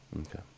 okay